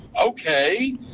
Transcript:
Okay